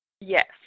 Yes